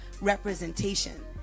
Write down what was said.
representation